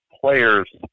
players